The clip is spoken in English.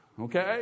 Okay